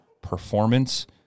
performance